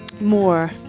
more